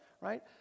right